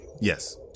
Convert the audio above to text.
Yes